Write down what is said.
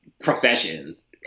professions